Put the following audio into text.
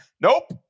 nope